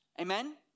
Amen